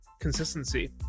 consistency